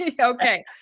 Okay